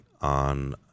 on